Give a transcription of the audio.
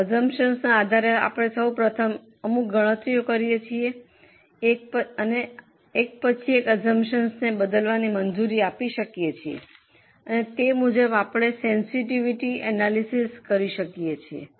આ અસ્સુમ્પ્શન્સના આધારે સૌ પ્રથમ આપણે અમુક ગણતરીઓ કરીએ છીએ અમે એક પછી એક અસ્સુમ્પ્શન્સને બદલવાની મંજૂરી આપી શકીએ છીએ અને તે મુજબ આપણે સેન્સિટિવિટી એનાલિસિસ કરી શકીએ છીએ